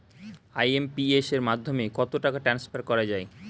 IMPS এর মাধ্যমে কত টাকা ট্রান্সফার করা যায়?